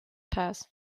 pass